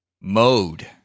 mode